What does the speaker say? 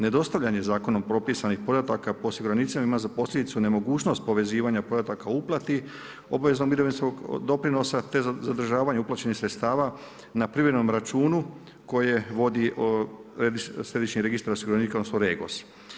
Nedostavljanje zakonom propisanih podatak po osiguranicima ima za posljedicu ima za posljedicu ne mogućnost povezivanja podataka o uplati obaveznog mirovinskog doprinosa te zadržavanje uplaćenih sredstava na privrednom računu koje vodi središnji registar osiguranika odnosno REGOS.